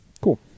Cool